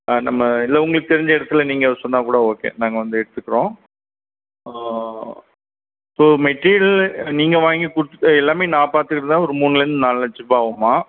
நம்ம இல்லை உங்களுக்குத் தெரிஞ்ச இடத்தில் நீங்கள் சொன்னாக்கூட ஓகே நாங்கள் வந்து எடுத்துக்கிறோம் ஸோ மெட்டீரியலு நீங்கள் வாங்கிக் கொடுத்துட்டு எல்லாம் நான் பார்த்துக்கிறதா ஒரு மூணுல இருந்து நாலு லட்சரூபாய் ஆகும்மா